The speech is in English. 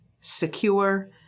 secure